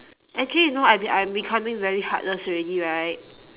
actually no I been I am becoming very heartless already right